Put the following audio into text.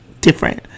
different